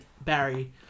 Barry